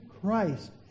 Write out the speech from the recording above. Christ